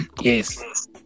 Yes